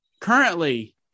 currently